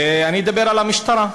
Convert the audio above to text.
ואני אדבר על המשטרה,